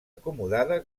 acomodada